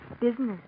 business